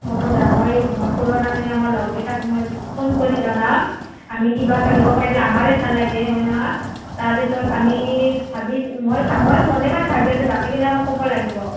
হ'ব দিয়া মই মই পুৰণাখিনি আমাৰ লগৰকেইটাক মই ফোন কৰি জনাম আমি কিবা এটা দিব পাৰিলে আমাৰেই ভাল লাগে হয় নহয় তাৰপিছত আমি ভাবিছোঁ মই মই মনে মনে ভাবি আছোঁ বাকীবিলাকক ক'ব লাগিব